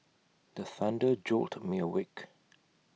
the thunder jolt me awake